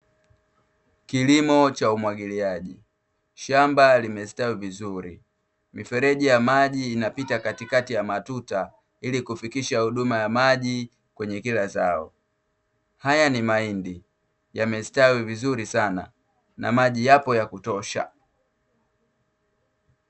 Kilimo cha umwagiliaji, shamba limestawi vizuri, mifereji ya maji inapita katikati ya matuta ili kufikisha huduma ya maji kwenye kila zao. Haya ni mahindi, yamestawi vizuri sana na maji yapo ya kutosha.